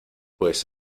pues